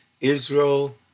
Israel